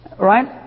Right